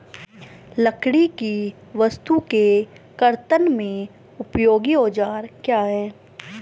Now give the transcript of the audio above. लकड़ी की वस्तु के कर्तन में उपयोगी औजार क्या हैं?